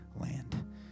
land